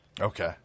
Okay